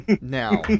Now